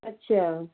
ਅੱਛਾ